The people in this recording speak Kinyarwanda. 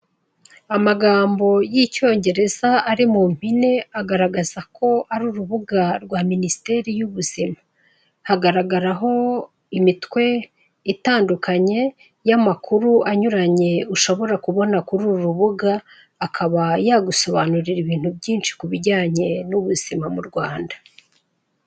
Amagambo y'icyongereza ari mu mpine agaragaza ko ari urubuga rwa minisiteri y'ubuzima hagaragaraho imitwe itandukanye y'amakuru anyuranye ushobora kubona kuri uru rubuga akaba yagusobanurira ibintu byinshi ku bijyanye n'ubuzima mu Rwanda.